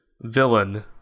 villain